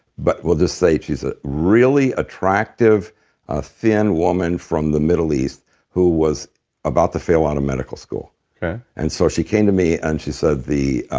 but we'll just say she's a really attractive thin woman from the middle east who was about to fail out of medical school and so she came to me and she said, the